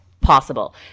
possible